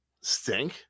stink